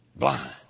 Blind